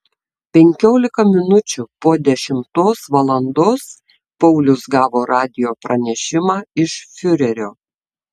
penkiolika minučių po dešimtos valandos paulius gavo radijo pranešimą iš fiurerio